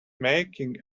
making